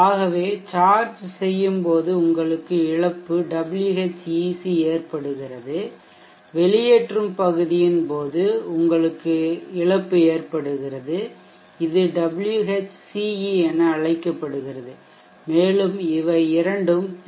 ஆகவே சார்ஜ் செய்யும் போது உங்களுக்கு இழப்பு Whec ஏற்படுகிறது வெளியேற்றும் பகுதியின் போது உங்களுக்கு இழப்பு ஏற்படுகிறது இது Whce என அழைக்கப்படுகிறது மேலும் இவை இரண்டும் பி